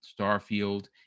Starfield